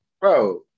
bro